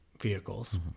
vehicles